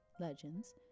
legends